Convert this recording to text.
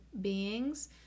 beings